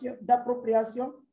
d'appropriation